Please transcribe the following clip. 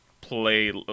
play